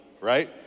right